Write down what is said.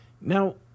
Now